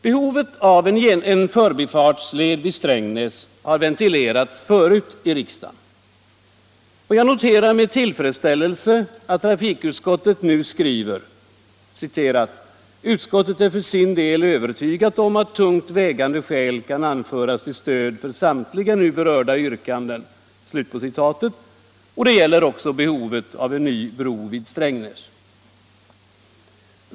Behovet av en förbifartsled vid Strängnäs har ventilerats förr i riksdagen. Jag noterar med tillfredsställelse att trafikutskottet skriver: ”Utskottet är för sin del övertygat om att tungt vägande skäl kan anföras till stöd för samtliga nu berörda yrkanden.” Det gäller också behovet av en ny bro vid Strängnäs.